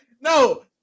No